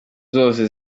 zose